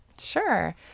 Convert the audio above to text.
sure